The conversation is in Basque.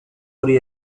hori